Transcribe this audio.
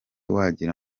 wagira